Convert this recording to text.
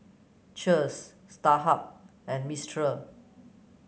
Cheers Starhub and Mistral